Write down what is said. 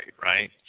right